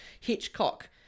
hitchcock